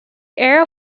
air